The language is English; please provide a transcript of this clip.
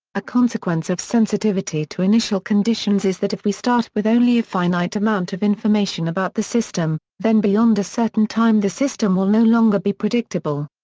a consequence of sensitivity to initial conditions is that if we start with only a finite amount of information about the system, then beyond a certain time the system will no longer be predictable.